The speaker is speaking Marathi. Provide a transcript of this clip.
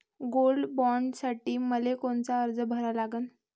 गोल्ड बॉण्डसाठी मले कोनचा अर्ज भरा लागन?